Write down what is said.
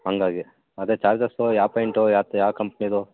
ಹಂಗಾಗಿ ಅದೆ ಚಾರ್ಜಸ್ಸು ಯಾವ ಪೇಂಟು ಯಾತ ಯಾವ ಕಂಪ್ನಿದು